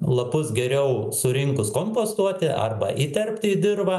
lapus geriau surinkus kompostuoti arba įterpti į dirvą